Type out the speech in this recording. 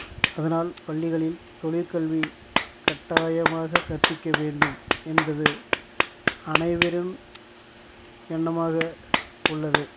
அதனால் பள்ளிகளில் தொழிற்கல்வி கட்டாயமாக கற்பிக்க வேண்டும் என்பது அனைவரின் எண்ணமாக உள்ளது